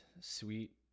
sweet